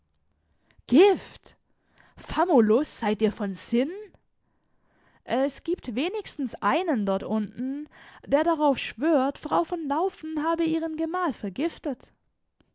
gift famulus seid ihr von sinnen es gibt wenigstens einen dort unten der darauf schwört frau von laufen habe ihren gemahl vergiftet